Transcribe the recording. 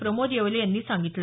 प्रमोद येवले यांनी सांगितलं